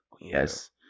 yes